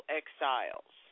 exiles